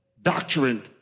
doctrine